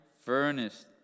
furnace